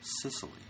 Sicily